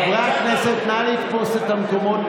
חברי הכנסת, נא לתפוס את המקומות,